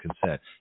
consent